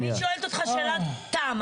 אני שואלת אותך שאלת תם,